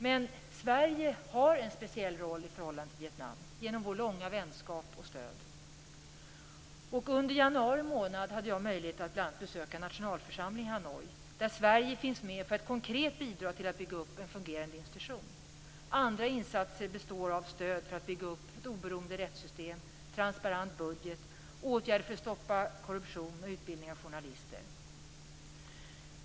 Men Sverige har en speciell roll i förhållande till Vietnam genom vår långa vänskap och vårt stöd. Under januari månad hade jag möjlighet att bl.a. besöka nationalförsamlingen i Hanoi där Sverige finns med för att konkret bidra till att bygga upp en fungerande institution. Andra insatser består av stöd för att bygga upp ett oberoende rättssystem, en transparent budget, åtgärder för att stoppa korruption och utbildning av journalister.